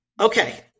Okay